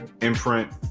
imprint